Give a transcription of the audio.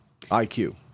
IQ